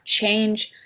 change